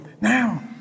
Now